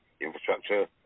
infrastructure